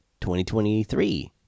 2023